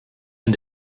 and